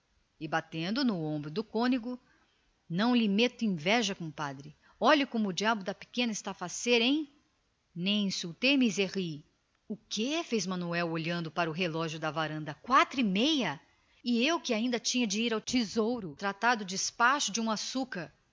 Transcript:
manuel bateu no ombro do cônego meto lhe inveja hein compadre olhe como o diacho da pequena está faceira não é ne insultes miseris quê interjeicionou o negociante olhando para o relógio da varanda quatro e meia e eu que ainda tinha de ir hoje tratar do despacho de um açúcar